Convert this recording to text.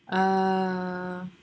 uh